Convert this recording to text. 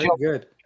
good